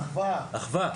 אחווה,